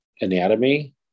anatomy